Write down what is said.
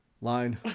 line